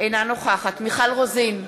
אינה נוכחת מיכל רוזין,